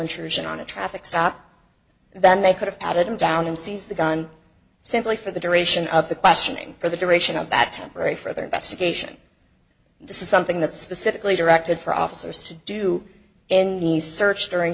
intrusion on a traffic stop than they could have added him down and seize the gun simply for the duration of the questioning for the duration of that temporary further investigation this is something that's specifically directed for officers to do in the search during